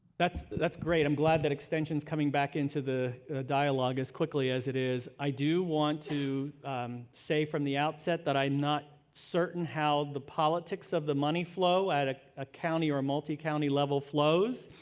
that's that's great. i'm glad that extension is coming back into the dialogue as quickly as it is. i do want to say from the outset that i am not certain how the politics of the money flow at a ah county or multi-county level flows.